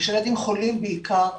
יש ילדים חולים בעיקר בחורף,